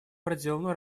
проделанную